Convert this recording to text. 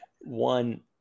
One